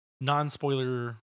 non-spoiler